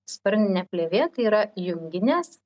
sparninė plėvė tai yra junginės